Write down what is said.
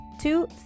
two